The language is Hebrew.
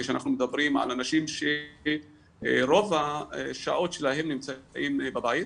כשאנחנו מדברים על אנשים שרוב השעות שלהם נמצאים בבית,